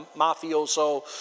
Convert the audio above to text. mafioso